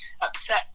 upset